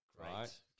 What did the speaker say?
Right